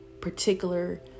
particular